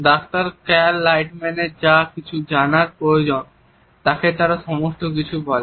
doctor Cal লাইটম্যানের যা কিছু জানার প্রয়োজন তাকে তারা সমস্ত কিছু বলে